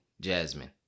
Jasmine